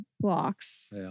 blocks